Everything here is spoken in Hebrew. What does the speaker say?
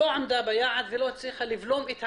עמדה ביעד ולא הצליחה לבלום את העלייה.